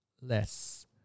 less